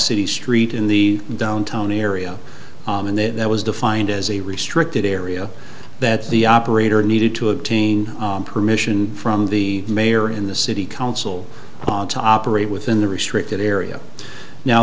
city street in the downtown area and that was defined as a restricted area that the operator needed to obtain permission from the mayor in the city council to operate within the restricted area now